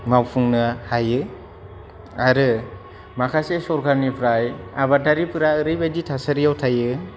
मावफुंनो हायो आरो माखासे सरखारनिफ्राय आबादारिफोरा ओरैबायदि थासारियाव थायो